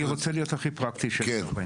אני רוצה להיות הכי פרקטי שאפשר.